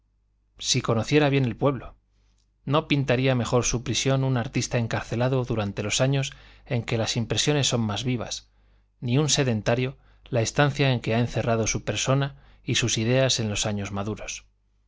si conocerá bien el pueblo no pintaría mejor su prisión un artista encarcelado durante los años en que las impresiones son más vivas ni un sedentario la estancia en que ha encerrado su persona y sus ideas en los años maduros